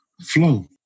flow